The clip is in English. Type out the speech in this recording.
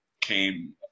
came